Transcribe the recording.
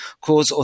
cause